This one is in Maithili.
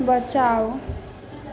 बचाउ